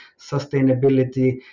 sustainability